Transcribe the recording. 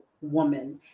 woman